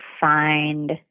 find